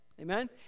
Amen